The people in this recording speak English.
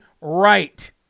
right